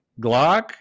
glock